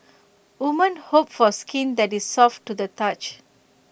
women hope for skin that is soft to the touch